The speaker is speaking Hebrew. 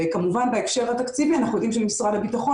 כמובן בהקשר התקציבי אנחנו יודעים שלמשרד הביטחון